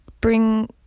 bring